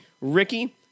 Ricky